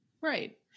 Right